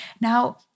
Now